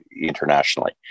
internationally